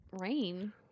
rain